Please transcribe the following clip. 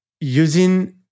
using